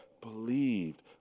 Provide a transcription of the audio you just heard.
believed